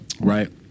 right